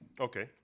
okay